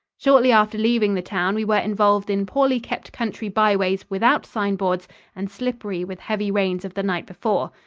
shortly after leaving the town we were involved in poorly kept country byways without sign-boards and slippery with heavy rains of the night before.